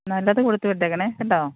നല്ലത് കൊടുത്തുവിട്ടേക്കണേ കേട്ടോ